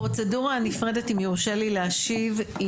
הפרוצדורה הנפרדת אם יורשה לי להשיב,